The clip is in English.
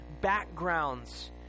backgrounds